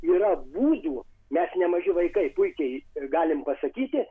yra būdų mes nemaži vaikai puikiai ir galim pasakyti